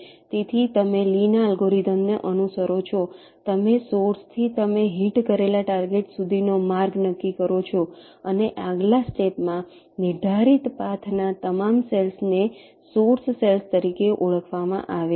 તેથી તમે લી ના અલ્ગોરિધમને અનુસરો છો તમે સોર્સથી તમે હિટ કરેલા ટાર્ગેટ સુધીનો માર્ગ નક્કી કરો છો અને આગલા સ્ટેપ માં નિર્ધારિત પાથના તમામ સેલ્સ ને સોર્સ સેલ્સ તરીકે ઓળખવામાં આવે છે